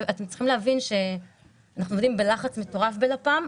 אתם צריכים להבין שאנחנו עובדים בלחץ מטורף בלפ"מ,